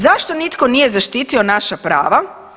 Zašto nitko nije zaštitio naša prava?